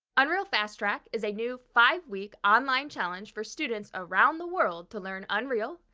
unreal fast track is a new five-week online challenge for students around the world to learn unreal,